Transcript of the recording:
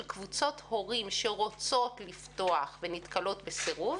של קבוצות הורים שרוצות לפתוח ונתקלות בסירוב,